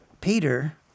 Peter